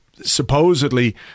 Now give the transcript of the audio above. supposedly